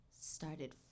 started